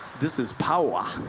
this is power.